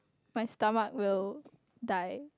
my stomach will die